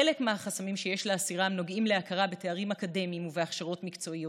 חלק מהחסמים שיש להסירם נוגעים להכרה בתארים אקדמיים ובהכשרות מקצועיות,